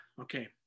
okay